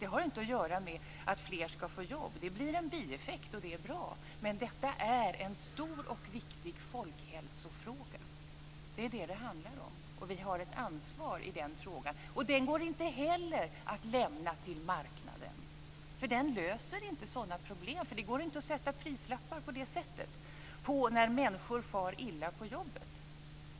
Det har inte att göra med att fler ska få jobb. Det blir en bieffekt, och det är bra. Men detta är en stor och viktig folkhälsofråga. Det är det som det handlar om, och vi har ett ansvar i den frågan. Den går inte heller att lämna till marknaden. Den löser nämligen inte sådana problem. Det går inte att sätta prislappar på det sättet när det gäller att människor far illa på jobbet.